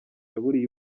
yaburiye